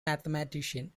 mathematician